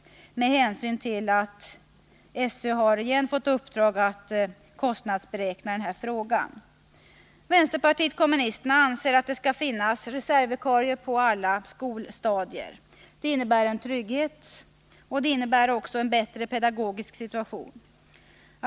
Utskottet hänvisar till att skolöverstyrelsen på nytt har fått i uppdrag att kostnadsberäkna denna fråga. Vpk anser att det skall finnas fasta reservvikarier på alla skolstadier. Det innebär en trygghet och en bättre pedagogisk situation.